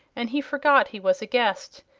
and he forgot he was a guest,